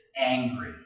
angry